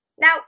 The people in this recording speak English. now